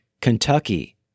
Kentucky